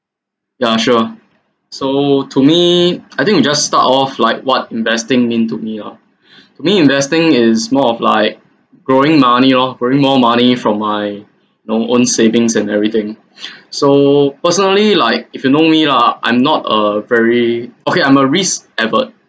ya sure so to me I think we just start off like what investing mean to me oh to me investing is more of like growing money lor growing more money from my you know own savings and everything so personally like if you know me lah I'm not a very okay I'm a risk averse